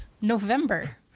November